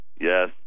Yes